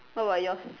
how about yours